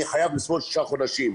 אני חייב לסבול שישה חודשים.